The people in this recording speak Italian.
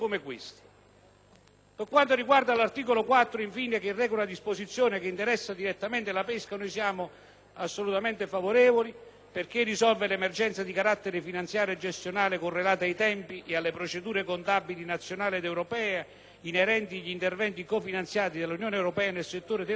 Gruppo IdV).* L'articolo 4, infine, reca una disposizione che interessa direttamente la pesca cui noi siamo assolutamente favorevoli perché risolve l'emergenza di carattere finanziario e gestionale correlata ai tempi e alle procedure contabili nazionali ed europee, inerenti gli interventi cofinanziati dall'Unione europea nel settore della pesca e dell'acquacoltura.